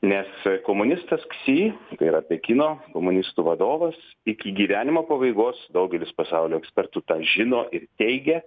nes komunistas ksi tai yra pekino komunistų vadovas iki gyvenimo pabaigos daugelis pasaulio ekspertų tą žino ir teigia